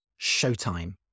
Showtime